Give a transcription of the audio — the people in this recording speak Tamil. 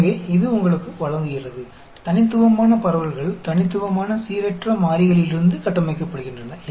எனவே இது உங்களுக்கு வழங்குகிறது தனித்துவமான பரவல்கள் தனித்துவமான சீரற்ற மாறிகளிலிருந்து கட்டமைக்கப்படுகின்றன